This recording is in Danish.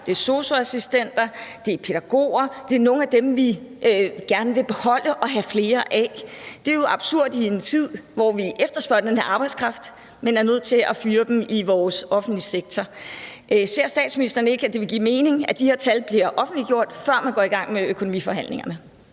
lærere, sosu-assistenter og pædagoger. Det er nogle af dem, som vi gerne vil beholde og have flere af. Det er jo absurd, at vi i en tid, hvor vi efterspørger den her arbejdskraft, er nødt til at fyre dem i vores offentlige sektor. Ser statsministeren ikke, at det vil give mening, at de her tal bliver offentliggjort, før man går i gang med økonomiforhandlingerne?